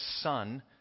son